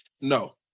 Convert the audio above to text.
No